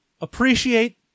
appreciate